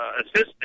assistant